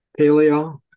Paleo